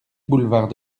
boulevard